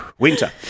Winter